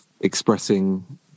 expressing